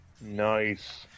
Nice